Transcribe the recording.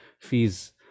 fees